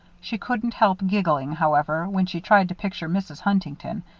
she couldn't help giggling, however, when she tried to picture mrs. huntington,